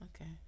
okay